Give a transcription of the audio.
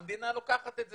המדינה לוקחת את זה.